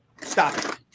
stop